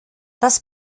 das